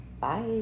bye